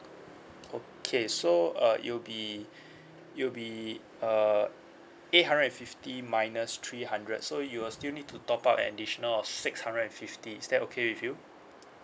okay so uh it'll be it'll be uh eight hundred and fifty minus three hundred so you will still need to top up an additional of six hundred and fifty is that okay with you